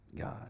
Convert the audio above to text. God